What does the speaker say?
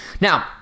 Now